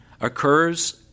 occurs